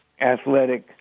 athletic